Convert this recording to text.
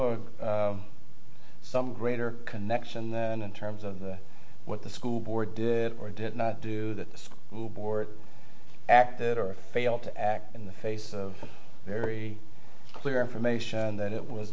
show some greater connection then in terms of what the school board did or did not do that this board acted or failed to act in the face of very clear information that it was